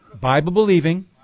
Bible-believing